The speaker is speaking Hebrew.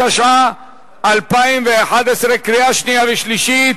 התשע"א 2011, נתקבלה בקריאה שלישית,